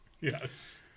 Yes